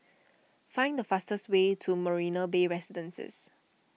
find the fastest way to Marina Bay Residences